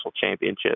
championship